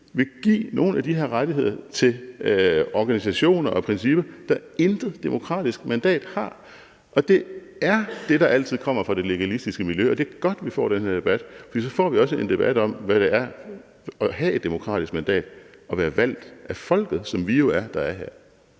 vil give nogle af de her rettigheder til organisationer, der i princippet intet demokratisk mandat har. Det er det, der altid kommer fra det legalistiske miljø. Og det er godt, vi får den her debat, for så får vi også en debat om, hvad det vil sige at have et demokratisk mandat og være valgt af folket, som vi, der er her,